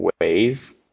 ways